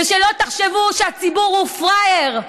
ושלא תחשבו שהציבור הוא פראייר,